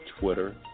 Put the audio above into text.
Twitter